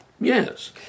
Yes